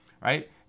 right